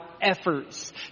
efforts